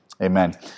amen